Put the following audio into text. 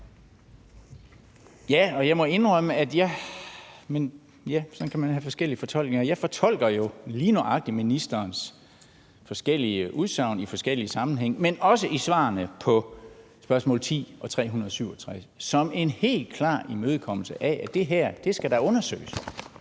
lige nøjagtig ministerens forskellige udsagn i forskellige sammenhænge, men også svarene på spørgsmål nr. S 10 og S 367, som en helt klar imødekommelse af, at det her skal undersøges,